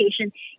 education